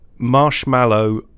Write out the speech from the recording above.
Marshmallow